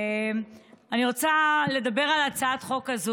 אני רוצה לדבר על הצעת החוק הזו,